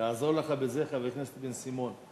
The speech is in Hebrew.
יעזור לך בזה חבר הכנסת בן-סימון.